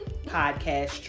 Podcast